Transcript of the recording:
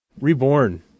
Reborn